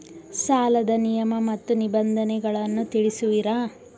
ಸಾಲದ ನಿಯಮ ಮತ್ತು ನಿಬಂಧನೆಗಳನ್ನು ತಿಳಿಸುವಿರಾ?